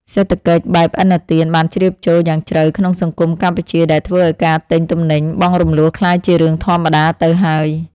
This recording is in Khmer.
សេដ្ឋកិច្ចបែបឥណទានបានជ្រាបចូលយ៉ាងជ្រៅក្នុងសង្គមកម្ពុជាដែលធ្វើឱ្យការទិញទំនិញបង់រំលស់ក្លាយជារឿងធម្មតាទៅហើយ។